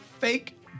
fake